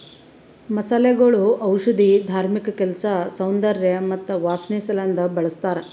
ಮಸಾಲೆಗೊಳ್ ಔಷಧಿ, ಧಾರ್ಮಿಕ ಕೆಲಸ, ಸೌಂದರ್ಯ ಮತ್ತ ವಾಸನೆ ಸಲೆಂದ್ ಬಳ್ಸತಾರ್